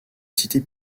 cité